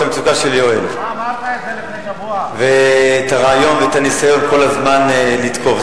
את המצוקה של יואל ואת הרעיון ואת הניסיון כל הזמן לתקוף.